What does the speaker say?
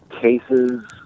cases